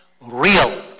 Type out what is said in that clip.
real